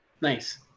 Nice